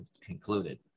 concluded